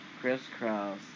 Crisscross